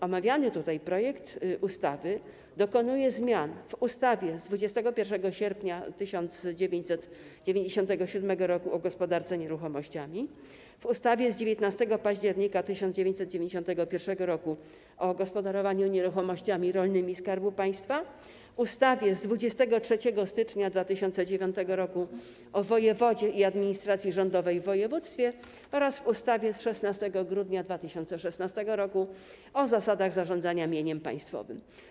Omawiany tutaj projekt ustawy dokonuje zmian w ustawie z 21 sierpnia 1997 r. o gospodarce nieruchomościami, ustawie z 19 października 1991 r. o gospodarowaniu nieruchomościami rolnymi Skarbu Państwa, ustawie z 23 stycznia 2009 r. o wojewodzie i administracji rządowej w województwie oraz ustawie z 16 grudnia 2016 r. o zasadach zarządzania mieniem państwowym.